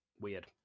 Weird